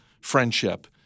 friendship